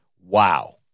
wow